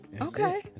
Okay